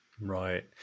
Right